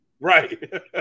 Right